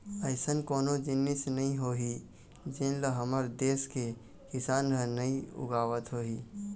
अइसन कोनो जिनिस नइ होही जेन ल हमर देस के किसान ह नइ उगावत होही